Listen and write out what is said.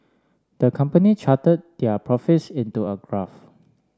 the company charted their profits into a graph